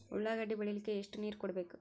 ಉಳ್ಳಾಗಡ್ಡಿ ಬೆಳಿಲಿಕ್ಕೆ ಎಷ್ಟು ನೇರ ಕೊಡಬೇಕು?